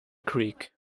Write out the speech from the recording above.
creek